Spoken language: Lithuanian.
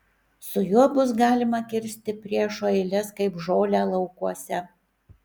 su juo bus galima kirsti priešo eiles kaip žolę laukuose